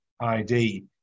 ID